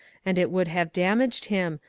and it would have damaged him,